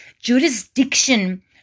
jurisdiction